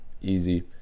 Easy